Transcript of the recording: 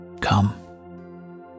Come